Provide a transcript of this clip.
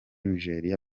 nigeria